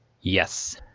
Yes